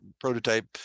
prototype